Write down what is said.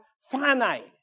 finite